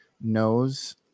knows